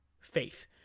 faith